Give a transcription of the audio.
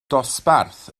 dosbarth